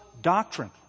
Doctrine